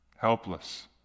Helpless